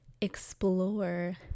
explore